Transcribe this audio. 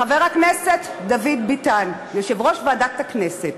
חבר הכנסת דוד ביטן, יושב-ראש ועדת הכנסת,